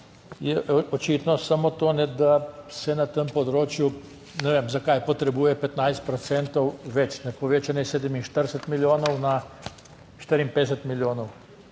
je očitno samo to, da se na tem področju, ne vem, zakaj potrebuje 15 procentov več, ne, povečanje iz 47 milijonov na 54 milijonov.